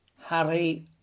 Harry